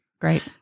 Great